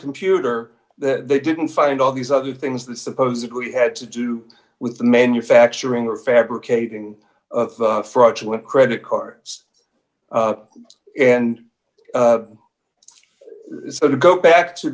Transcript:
computer that they didn't find all these other things that supposedly had to do with the manufacturing of fabricating of fraudulent credit cards and so to go back